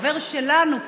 חבר שלנו,